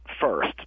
first